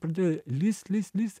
pradėjo lįst lįst lįst